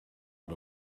out